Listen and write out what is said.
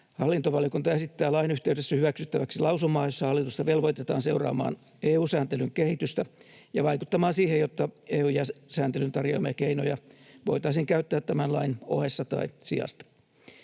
Hallintovaliokunta esittää lain yhteydessä hyväksyttäväksi lausumaa, jossa hallitusta velvoitetaan seuraamaan EU-sääntelyn kehitystä ja vaikuttamaan siihen, jotta EU-sääntelyn tarjoamia keinoja voitaisiin käyttää tämän lain ohessa tai sijasta.